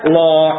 law